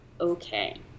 okay